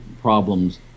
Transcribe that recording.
problems